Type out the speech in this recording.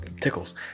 tickles